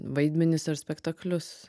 vaidmenis ir spektaklius